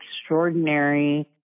extraordinary